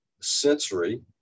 sensory